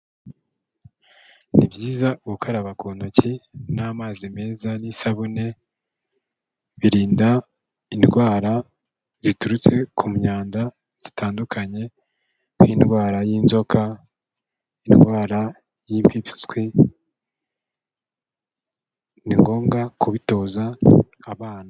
Ni byiza gukaraba ku ntoki n'amazi meza n'isabune, birinda indwara ziturutse ku myanda zitandukanye, nk'indwara y'inzoka, indwara y'impiswi, ni ngombwa kubitoza abana.